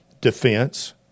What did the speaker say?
defense